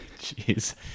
Jeez